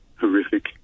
horrific